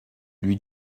lui